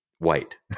White